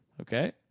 Okay